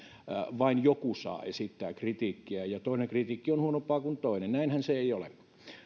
vain joku saa esittää kritiikkiä ja toinen kritiikki on huonompaa kuin toinen näinhän se ei ole